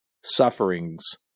sufferings